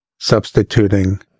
substituting